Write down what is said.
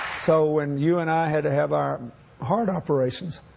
so, when you and i had to have our heart operations,